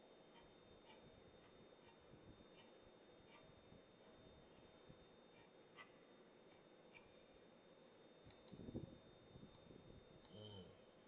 mm